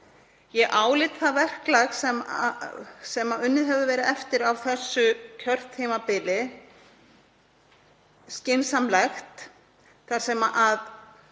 Ég álít það verklag sem unnið hefur verið eftir á þessu kjörtímabili skynsamlegt þar sem